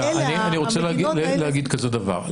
אני רוצה להגיד כזה דבר,